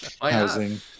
housing